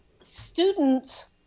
students